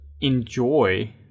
enjoy